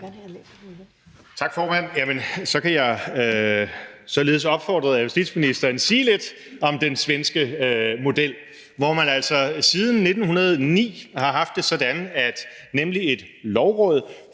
Tak, formand. Så kan jeg således opfordret af justitsministeren sige lidt om den svenske model, hvor man altså siden 1909 har haft det sådan, at et lovråd